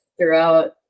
throughout